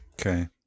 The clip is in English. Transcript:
Okay